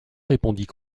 répondit